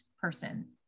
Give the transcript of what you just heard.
person